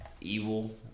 evil